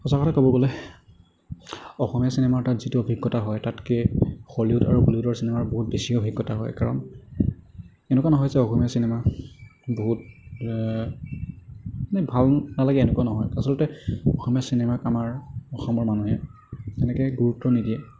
সঁচা কথা কবলৈ গ'লে অসমীয়া চিনেমাৰ তাত যিটো অভিজ্ঞতা হয় তাতকৈ হলিউড আৰু বলিউডৰ চিনেমাৰ বহুত বেছি অভিজ্ঞতা হয় কাৰণ এনেকুৱা নহয় যে অসমীয়া চিনেমা বহুত মানে ভাল নালাগে এনেকুৱা নহয় আচলতে অসমীয়া চিনেমাক আমাৰ অসমৰ মানুহে তেনেকৈ গুৰুত্ব নিদিয়ে